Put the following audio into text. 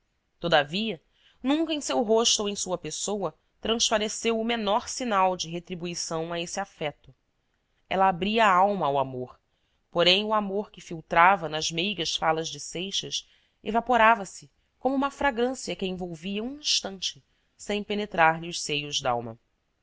todavia nunca em seu rosto ou em sua pessoa transpareceu o menor sinal de retribuição a esse afeto ela abria a alma ao amor porém o amor que filtrava nas meigas falas de seixas evaporava se como uma fragrância que a envolvia um instante sem penetrar lhe os seios dalma